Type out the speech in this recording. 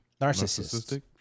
narcissistic